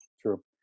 True